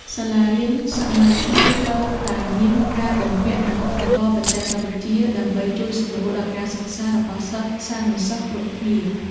សាលារៀនសម័យថ្មីត្រូវតែមានការបំពាក់នូវឧបករណ៍បច្ចេកវិទ្យា ដើម្បីជួយសម្រួលដល់ការសិក្សារបស់សិស្សានុសិស្សគ្រប់គ្នា។